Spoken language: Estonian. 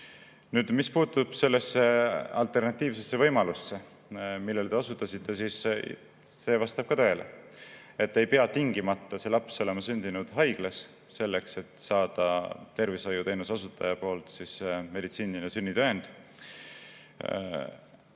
Nüüd, mis puutub sellesse alternatiivsesse võimalusse, millele te osutasite, siis see vastab ka tõele. Laps ei pea tingimata olema sündinud haiglas, selleks et saada tervishoiuteenuse osutajalt meditsiiniline sünnitõend.